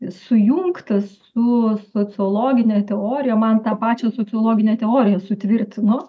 sujungtas su sociologine teorija man tą pačią sociologinę teoriją sutvirtino